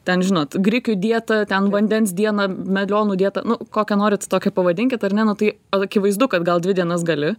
ten žinot grikių dieta ten vandens diena melionų dieta nu kokią norit tokią pavadinkit ar ne nu tai akivaizdu kad gal dvi dienas gali